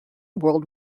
world